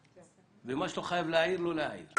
מה שלא חייבים להעיר, לא להעיר.